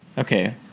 Okay